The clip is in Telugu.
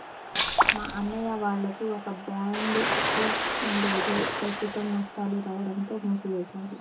మా అన్నయ్య వాళ్లకి ఒక బ్యాండ్ ట్రూప్ ఉండేది ప్రస్తుతం నష్టాలు రాడంతో మూసివేశారు